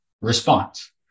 response